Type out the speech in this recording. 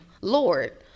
Lord